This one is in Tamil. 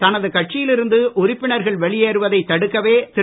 தனது கட்சியில் இருந்து உறுப்பினர்கள் வெளியேறுவதை தடுக்கவே திரு